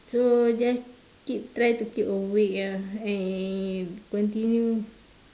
so just keep try to keep awake lah and continue